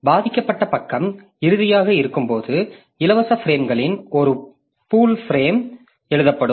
பாதிக்கப்பட்ட பக்கம் இறுதியாக இருக்கும்போது இலவச பிரேம்களின் ஒரு பூல் பிரேம் எழுதப்படும்